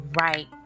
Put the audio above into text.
right